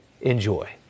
Enjoy